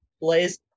Blaze